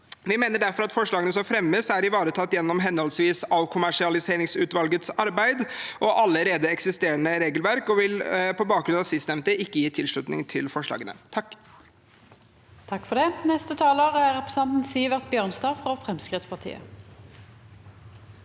Vi mener derfor at forslagene som fremmes, er ivaretatt gjennom henholdsvis avkommersialiseringsutvalgets arbeid og allerede eksisterende regelverk, og vil på bakgrunn av sistnevnte ikke gi tilslutning til forslagene.